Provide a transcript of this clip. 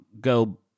Go